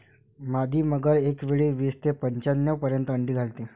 मादी मगर एकावेळी वीस ते पंच्याण्णव पर्यंत अंडी घालते